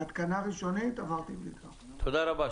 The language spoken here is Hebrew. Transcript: תודה רבה.